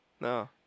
No